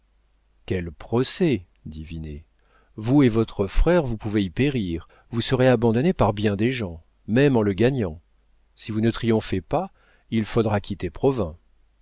quel procès dit vinet vous et votre frère vous pouvez y périr vous serez abandonnés par bien des gens même en le gagnant si vous ne triomphez pas il faudra quitter provins